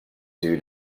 due